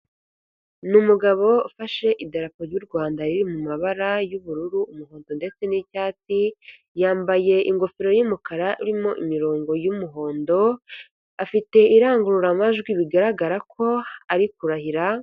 Ni umugabo ufashe idarapo ry'u Rwanda riri mu mabara y'ubururu, umuhondo ndetse n'icyatsi, yambaye ingofero y'umukara irimo imirongo y'umuhondo, afite irangururamajwi bigaragara ko ari kurahira.